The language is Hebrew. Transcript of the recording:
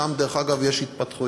שם, דרך אגב, יש התפתחויות.